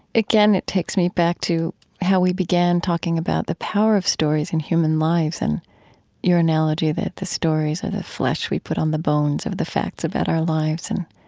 again, it takes me back to how we began talking about the power of stories in human lives, and your analogy that the stories are the flesh we put on the bones of the facts about our lives. and